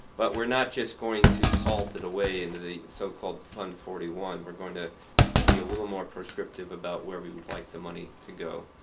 but we're not just going to salt it away into the so-called fund forty one. we're going to be a little more proscriptive about where we would like the money to go.